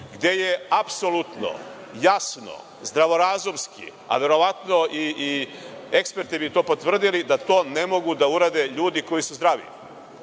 gde je apsolutno jasno, zdravorazumski, a verovatno i eksperti bi to potvrdili, to ne mogu da urade ljudi koji su zdravi,